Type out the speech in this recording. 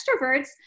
extroverts